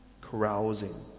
carousing